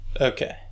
Okay